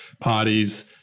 parties